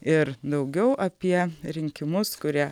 ir daugiau apie rinkimus kurie